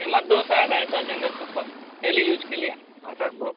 कीमत दो सौ ढाई सौ जनरल चप्पल डेली यूज के लिए वाटर प्रूफ